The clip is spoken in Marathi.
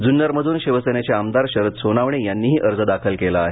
जुन्नरमधून शिवसेनेचे आमदार शरद सोनावणे यांनीही अर्ज दाखल केला आहे